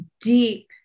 deep